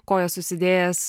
kojas susidėjęs